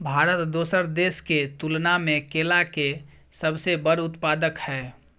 भारत दोसर देश के तुलना में केला के सबसे बड़ उत्पादक हय